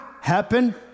happen